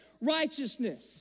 righteousness